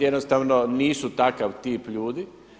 Jednostavno nisu takav tip ljudi.